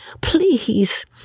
Please